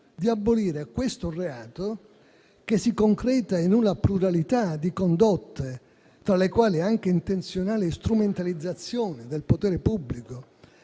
di abolire questo reato, che si concreta in una pluralità di condotte, tra le quali anche l'intenzionale strumentalizzazione del potere pubblico